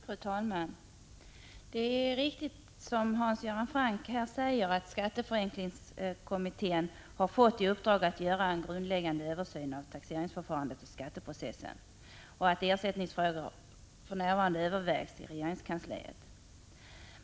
Fru talman! Det är riktigt, som Hans Göran Franck säger, att skatteförenklingskommittén har fått i uppdrag att göra en grundläggande översyn av taxeringsförfarandet och skatteprocessen och att ersättningsfrågorna för närvarande övervägs i regeringskansliet.